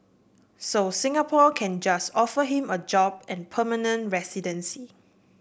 so Singapore can just offer him a job and permanent residency